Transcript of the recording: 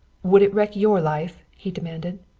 would it wreck your life? he demanded.